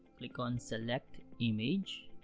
click on select image